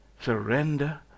surrender